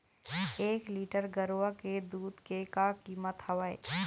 एक लीटर गरवा के दूध के का कीमत हवए?